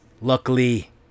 Luckily